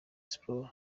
sports